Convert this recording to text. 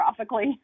catastrophically